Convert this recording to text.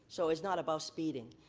so it's not about speeding.